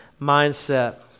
mindset